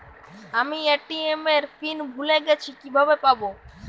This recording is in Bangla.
আমি এ.টি.এম এর পিন ভুলে গেছি কিভাবে পাবো?